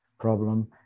problem